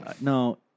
No